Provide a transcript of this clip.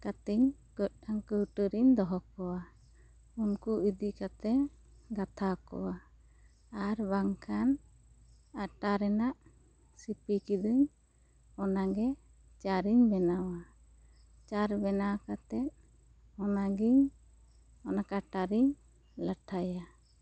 ᱠᱟᱛᱮᱧ ᱜᱚᱡ ᱠᱩᱭᱴᱟᱹ ᱨᱮᱧ ᱫᱚᱦᱚ ᱠᱚᱣᱟ ᱩᱱᱠᱩ ᱤᱫᱤ ᱠᱟᱛᱮ ᱜᱟᱛᱷᱟᱣ ᱠᱚᱣᱟ ᱟᱨ ᱵᱟᱝ ᱠᱷᱟᱱ ᱟᱴᱟ ᱨᱮᱱᱟᱜ ᱥᱤᱯᱤ ᱠᱤᱫᱟᱹᱧ ᱚᱱᱟ ᱜᱮ ᱪᱟᱨ ᱤᱧ ᱵᱮᱱᱟᱣᱟ ᱪᱟᱨ ᱵᱮᱱᱟᱣ ᱠᱟᱛᱮ ᱚᱱᱟ ᱜᱮᱧ ᱚᱱᱟ ᱠᱟᱴᱷᱟ ᱨᱮ ᱞᱟᱴᱷᱟᱭᱟ